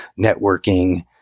networking